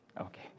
Okay